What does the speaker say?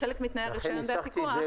כחלק מתנאי הרישיון והפיקוח --- לכן ניסחתי,